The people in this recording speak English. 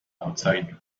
outside